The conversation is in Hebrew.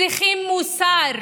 צריכים מוסר.